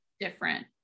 different